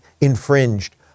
infringed